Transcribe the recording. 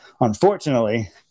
Unfortunately